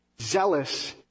zealous